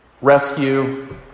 rescue